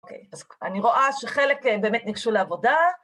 אוקיי, אז אני רואה שחלק באמת ניגשו לעבודה.